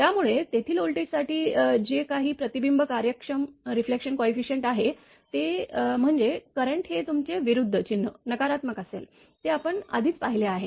त्यामुळे तेथील व्होल्टेजसाठी जे काही प्रतिबिंब कार्यक्षम रिफ्लेक्शन कोयफिसियंट आहे ते म्हणजे करंट हे तुमचे विरुद्ध चिन्ह नकारात्मक असेल ते आपण आधीच पाहिले आहे